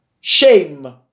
shame